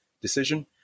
decision